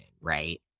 right